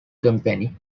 company